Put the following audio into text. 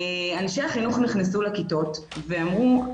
אנשי החינוך נכנסו לכיתות ואמרו: